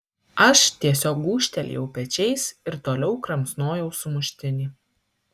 aš tiesiog gūžtelėjau pečiais ir toliau kramsnojau sumuštinį